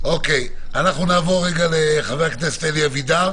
נעבור לחבר הכנסת אלי אבידר,